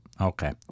okay